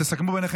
תודה.